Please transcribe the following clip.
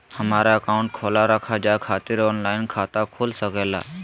हमारा अकाउंट खोला रखा जाए खातिर ऑनलाइन खाता खुल सके ला?